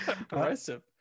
Aggressive